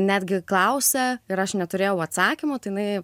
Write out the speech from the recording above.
netgi klausia ir aš neturėjau atsakymo tai jinai